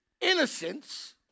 innocence